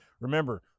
remember